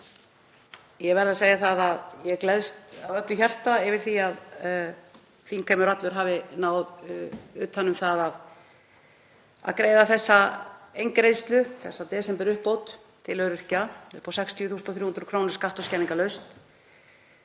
Ég verð að segja að ég gleðst af öllu hjarta yfir því að þingheimur allur hafi náð utan um það að greiða þessa eingreiðslu, þessa desemberuppbót, til öryrkja upp á 60.300 kr., skatta- og skerðingarlaust.